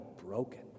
broken